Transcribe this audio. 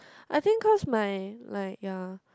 I think cause my like ya